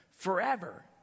forever